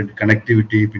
connectivity